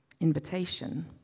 invitation